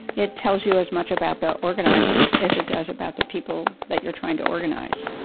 it te lls you as much about the organizers as it does about the people that you're trying to organize.